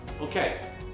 okay